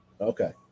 Okay